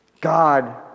God